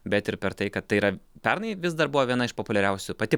bet ir per tai kad tai yra pernai vis dar buvo viena iš populiariausių pati